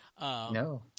no